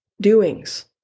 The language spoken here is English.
Doings